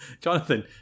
Jonathan